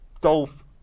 Dolph